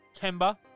Kemba